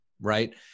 right